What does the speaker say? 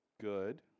Good